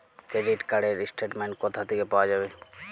Credit card র statement কোথা থেকে পাওয়া যাবে?